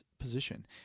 position